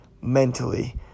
mentally